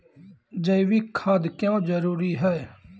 जैविक खाद क्यो जरूरी हैं?